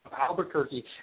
Albuquerque